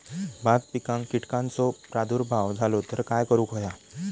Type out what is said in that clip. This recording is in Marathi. भात पिकांक कीटकांचो प्रादुर्भाव झालो तर काय करूक होया?